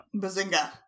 bazinga